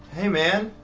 hey man,